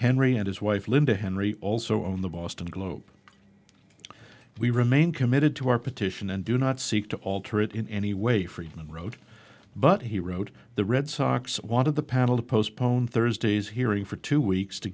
henry and his wife linda henry also own the boston globe we remain committed to our petition and do not seek to alter it in any way friedman wrote but he wrote the red sox wanted the panel to postpone thursday's hearing for two weeks to